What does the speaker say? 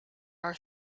are